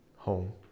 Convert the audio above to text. Home